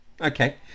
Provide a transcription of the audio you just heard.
Okay